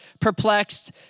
perplexed